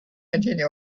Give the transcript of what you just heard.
continue